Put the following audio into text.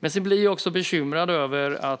Jag blir bekymrad över